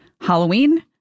Halloween